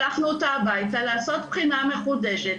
שלחנו אותה הביתה לעשות בחינה מחודשת